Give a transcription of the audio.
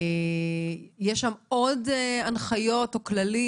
האם יש שם עוד הנחיות או כללים,